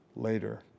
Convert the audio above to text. later